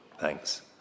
thanks